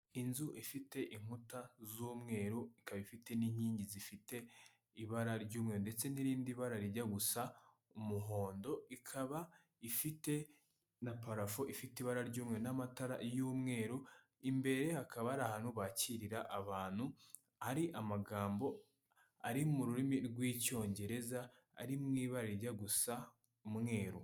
Inzu ifite inkuta z'umweru, ikaba ifite n'inkingi zifite ibara ry'umweru ndetse n'irindi bara rijya gusa umuhondo, ikaba ifite na parafo ifite ibara ry'umweru n'amatara y'umweru, imbere hakaba hari ahantu bakirira abantu, hari amagambo ari mu rurimi rw'icyongereza ari mu ibara rijya gusa umweru.